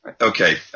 Okay